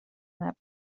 نبود